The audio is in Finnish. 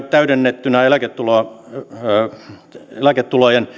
täydennettynä eläketulojen